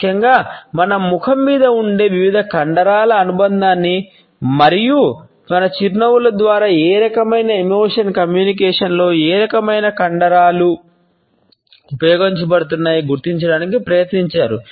ముఖ్యంగా మన ముఖం మీద ఉన్న వివిధ కండరాల అనుబంధాన్ని మరియు మన చిరునవ్వుల ద్వారా ఏ రకమైన ఎమోషన్ కమ్యూనికేషన్లో ఏ రకమైన కండరాలు ఉపయోగించబడుతున్నాయి గుర్తించడానికి ప్రయత్నించారు